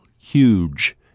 huge